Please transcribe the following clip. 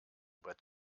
brett